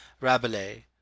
rabelais